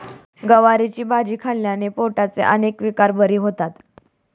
गवारीची भाजी खाल्ल्याने पोटाचे अनेक विकार बरे होतात